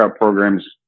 programs